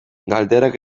galderak